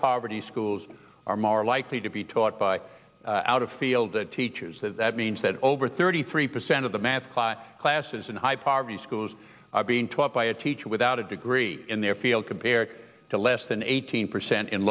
poverty schools are more likely to be taught by out of field that teachers that that means that over thirty three percent of the math classes in high poverty schools are being taught by a teacher without a degree in their field compared to less than eighteen percent in